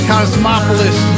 Cosmopolis